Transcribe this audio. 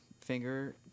finger